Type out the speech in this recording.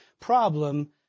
problem